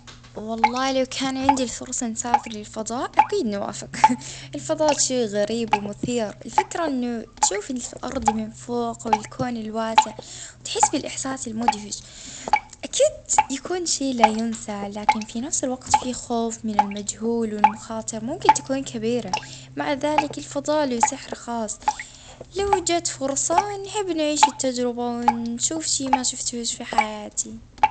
اه اكيد نحب نسافر للفضاء على خاطر فكرة مشاهدة الأرض من بعيد وتجربة إنعدام الجاذبية اه حاجة رائعة وتجربة ما يعني ما تتعوضش.